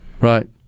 right